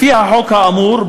לפי החוק האמור,